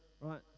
Right